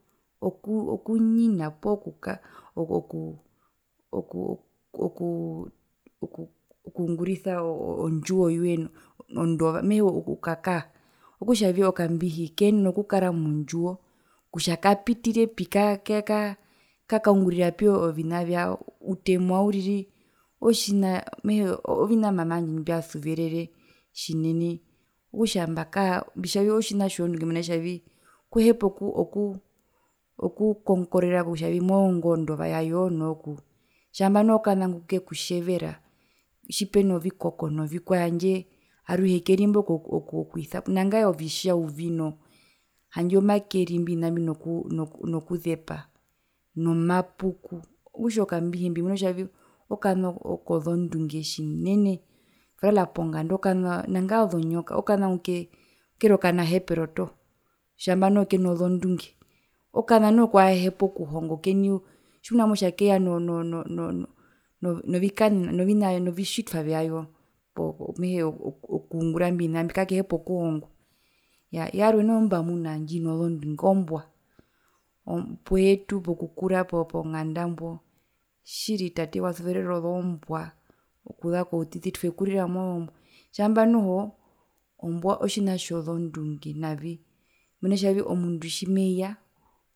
Oku oku nyina poo kuk oku oku oku okungurisa ondjiwo yoye navi mehee ondova mehee okukakaa okutjavi okambihi keenena okukara mondjiwo kutja kapitirepi kaa kaka ka ka kakaungurirapi ovina vyao utemwa uriri otjina mama wandje mbia suverere tjinene okutja mbakaa mbitjavii otjina tjozondunge mena tjavii kohepa oku oku kongorera kutjavii moongo ndova yayo noo ku tjambo noho kana kuke kutjevera tjipena ovikoko novikwae handje aruhe kerimbo okwisapo nangae ovitjauvi noo handje makeri ovina mbi nokuzepa nomapuku okutja okambihi mbimuna kutjavi okana kozondunge tjinene ver all ponganda okana nangae ozonyoka okana kuke kukeri okanahepero toho tjaamba noho kenozondunge okana noho kuhahepa okuhonga okeni tjmuna motja keya no no novikane novitjitwa vyayo okungura imbio vina mbio kakehepa okuhongwa, yarwe noho ndjimbamuna ndjino zondunge ombua poyetu pokukura ponganda mbo tjiri tate wasuverere ozombua okuza koutiti twekurira mozombua tjaamba noho ombua otjina tjozondunge navi mena kutjavi omundu tjimeya.